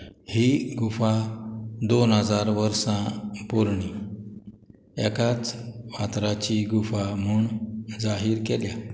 ही गुफा दोन हजार वर्सां पोरणी एकाच फातराची गुफा म्हूण जाहीर केल्या